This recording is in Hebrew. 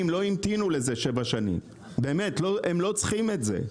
לא המתינו לזה שבע שנים; הם לא צריכים את זה,